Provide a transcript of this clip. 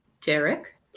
Derek